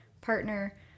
partner